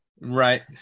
right